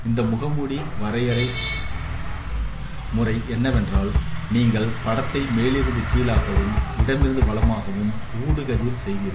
இந்த முகமூடி வழிமுறை என்னவென்றால் நீங்கள் படத்தை மேலிருந்து கீழாகவும் இடமிருந்து வலமாகவும் ஊடுகதிர் செய்வீர்கள்